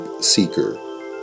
Seeker